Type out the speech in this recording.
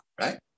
right